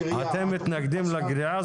אתם מתנגדים לגריעה?